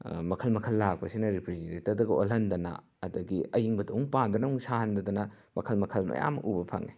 ꯃꯈꯜ ꯃꯈꯜ ꯂꯥꯛꯄꯁꯤꯅ ꯔꯤꯐ꯭ꯔꯤꯖꯔꯦꯇꯔꯗꯒ ꯑꯣꯜꯍꯟꯗꯅ ꯑꯗꯒꯤ ꯑꯌꯤꯡꯕꯗꯣ ꯑꯃꯨꯛ ꯄꯥꯝꯗꯅ ꯑꯃꯨꯛ ꯁꯥꯍꯟꯗꯗꯅ ꯃꯈꯜ ꯃꯈꯜ ꯃꯌꯥꯝ ꯑꯃ ꯎꯕ ꯐꯪꯉꯦ